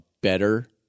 better